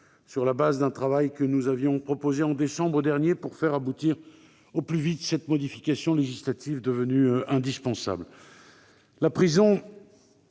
sur la base d'un travail que nous vous avions proposé en décembre dernier pour faire aboutir au plus vite cette modification législative devenue indispensable.